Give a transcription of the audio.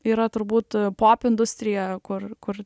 yra turbūt pop industrija kur kur